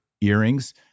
earrings